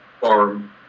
farm